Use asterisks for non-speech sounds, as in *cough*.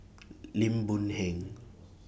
*noise* Lim Boon Heng